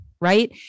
right